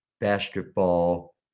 basketball